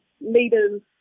Leaders